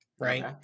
right